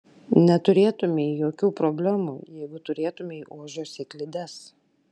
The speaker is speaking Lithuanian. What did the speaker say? neturėtumei jokių problemų jeigu turėtumei ožio sėklides